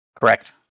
Correct